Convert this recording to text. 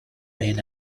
been